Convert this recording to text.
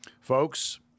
Folks